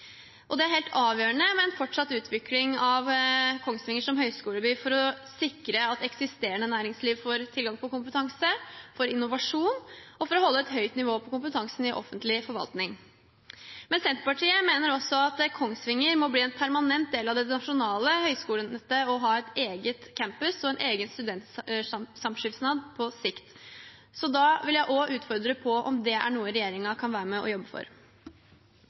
fortsatt utvikling av Kongsvinger som høyskoleby for å sikre at eksisterende næringsliv får tilgang på kompetanse, for innovasjon og for å holde et høyt nivå på kompetansen i offentlig forvaltning. Men Senterpartiet mener også at Kongsvinger må bli en permanent del av det nasjonale høyskolenettet og ha en egen campus og en egen studentsamskipnad på sikt. Så da vil jeg også utfordre på om det er noe regjeringen kan være med og jobbe for.